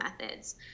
methods